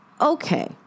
Okay